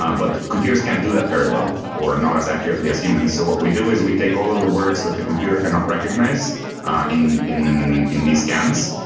um but computers can't do that very well or not as accurately as humans. so what we do is we take all of the words that the computer cannot recognize in in these scans,